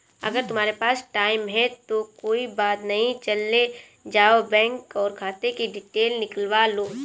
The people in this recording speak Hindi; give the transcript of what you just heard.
अगर तुम्हारे पास टाइम है तो कोई बात नहीं चले जाओ बैंक और खाते कि डिटेल निकलवा लो